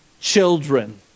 children